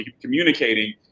communicating